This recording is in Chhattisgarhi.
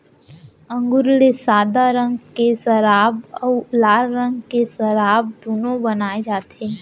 अंगुर ले सादा रंग के सराब अउ लाल रंग के सराब दुनो बनाए जाथे